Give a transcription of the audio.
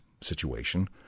situation